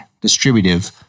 distributive